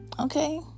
Okay